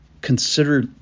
consider